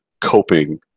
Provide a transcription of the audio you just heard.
coping